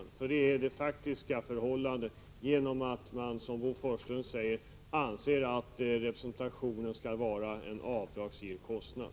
Detta blir nämligen det faktiska förhållandet, när man, som Bo Forslund säger, anser att representationen skall vara en avdragsgill kostnad.